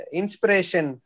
inspiration